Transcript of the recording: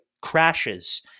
crashes